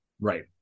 right